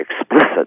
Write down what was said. explicit